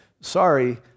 sorry